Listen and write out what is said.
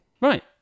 Right